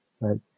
right